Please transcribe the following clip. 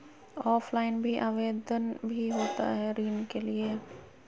Offline भी आवेदन भी होता है ऋण के लिए?